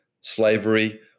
slavery